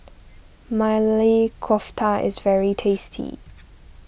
Maili Kofta is very tasty